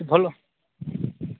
ଭଲ